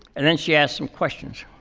and then she asked some questions.